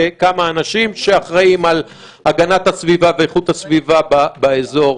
כמה אנשים שאחראים על הגנת הסביבה ואיכות הסביבה באזור.